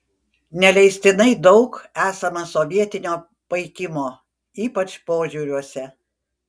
neleistinai daug esama sovietinio paikimo ypač požiūriuose